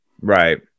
Right